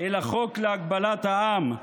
אלא חוק להגבלת העם,